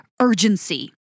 urgency